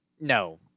No